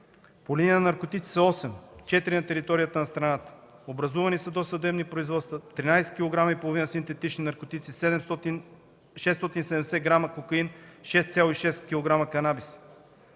По линия на наркотиците – осем, четири на територията на страната, образувани са досъдебни производства, 13,5 кг синтетични наркотици, 670 г кокаин, 6,6 кг канабис;